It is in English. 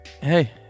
hey